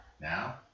now